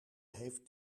heeft